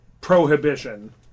prohibition